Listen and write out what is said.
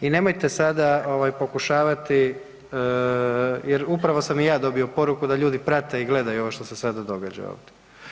I nemojte sada pokušavati jer upravo sam i ja dobio poruku da ljudi prate i gledaju ovo što se događa ovdje.